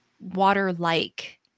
water-like